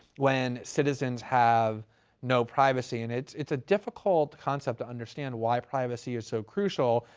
when citizens have no privacy. and it's it's a difficult concept to understand, why privacy is so crucial,